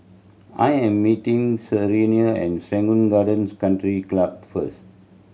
I am meeting Serena and Serangoon Gardens Country Club first